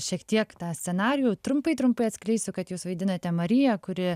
šiek tiek tą scenarijų trumpai trumpai atskleisiu kad jūs vaidinate mariją kuri